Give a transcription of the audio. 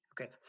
Okay